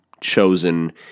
chosen